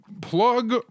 plug